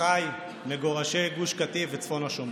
אחיי מגורשי גוש קטיף וצפון השומרון,